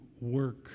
work